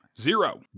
zero